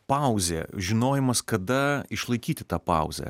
pauzė žinojimas kada išlaikyti tą pauzę